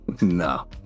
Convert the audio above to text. no